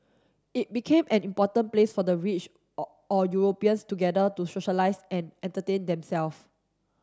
it became an important place for the rich or or Europeans to gather to socialise and entertain them self